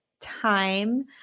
time